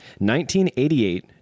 1988